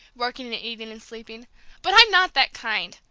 working and eating and sleeping but i'm not that kind!